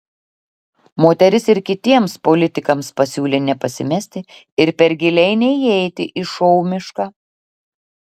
moteris ir kitiems politikams pasiūlė nepasimesti ir per giliai neįeiti į šou mišką